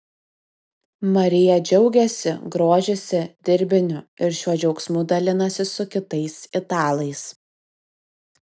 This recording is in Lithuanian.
marija džiaugiasi grožisi dirbiniu ir šiuo džiaugsmu dalinasi su kitais italais